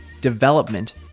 development